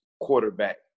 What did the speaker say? quarterback